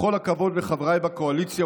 בכל הכבוד לחבריי בקואליציה,